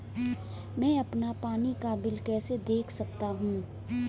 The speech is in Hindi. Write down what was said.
मैं अपना पानी का बिल कैसे देख सकता हूँ?